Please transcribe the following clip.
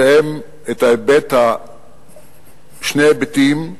שני היבטים,